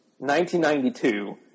1992